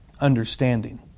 understanding